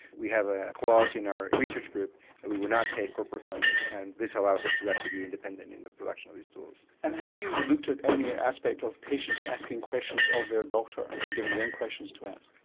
we have a clause in our research group that we would not take corporate funding and this allows us actually to be independent in the production of these tools. and have you looked at any aspect of patients asking questions of their doctor and and giving them questions to ask?